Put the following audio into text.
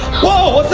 whoa,